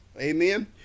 Amen